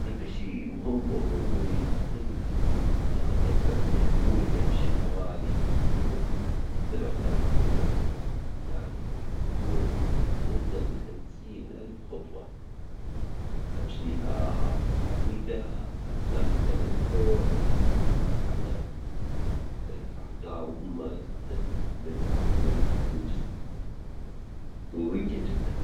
المشي مهم وظروري جدا للجسم، أجدر إني أجول إني أمشي حوالي تجريبا سبعتلاف خطوة في اليوم، يعني في الأسبوع يمكن توصل لخمسين ألف خطوة أمشيها في الحديجة أثناء التنجل أثناء الذهاب للعمل، الحركة مهمة جدًا لصحة الجسم ضرورية جدًا.